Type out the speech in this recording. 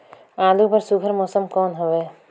आलू बर सुघ्घर मौसम कौन हवे?